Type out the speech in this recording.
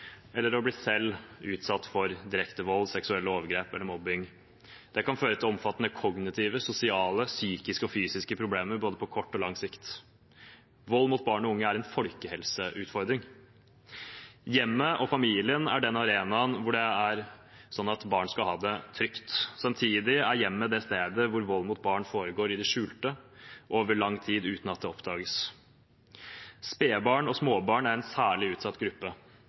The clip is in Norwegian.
eller selv å bli utsatt for direkte vold, seksuelle overgrep eller mobbing. Det kan føre til omfattende kognitive, sosiale, psykiske og fysiske problemer både på kort og lang sikt. Vold mot barn og unge er en folkehelseutfordring. Hjemmet og familien er den arenaen der barn skal ha det trygt. Samtidig er hjemmet det stedet hvor vold mot barn foregår i det skjulte og over lang tid uten at det oppdages. Spedbarn og småbarn er en særlig utsatt gruppe.